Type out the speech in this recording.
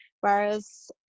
Whereas